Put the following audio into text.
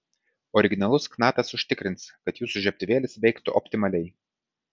originalus knatas užtikrins kad jūsų žiebtuvėlis veiktų optimaliai